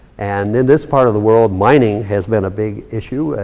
and in this part of the world, mining has been a big issue,